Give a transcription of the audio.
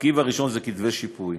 המרכיב הראשון זה שיפוי.